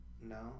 no